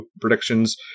predictions